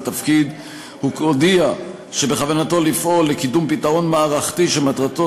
הוא הודיע שבכוונתו לפעול לקידום פתרון מערכתי שמטרתו